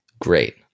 Great